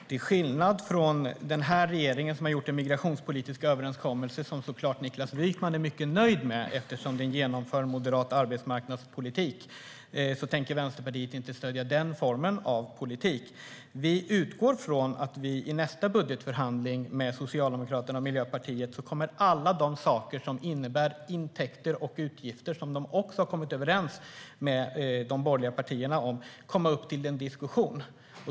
Herr talman! Till skillnad från den här regeringen, som har gjort en migrationspolitisk överenskommelse Niklas Wykman såklart är mycket nöjd med eftersom den genomför en moderat arbetsmarknadspolitik, tänker Vänsterpartiet inte stödja den formen av politik. Vi utgår ifrån följande: I nästa budgetförhandling med Socialdemokraterna och Miljöpartiet kommer alla de saker som innebär intäkter och utgifter, och som de har kommit överens med de borgerliga partierna om, att komma upp till diskussion.